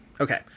Okay